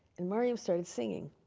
and mariam started singing.